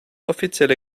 offizielle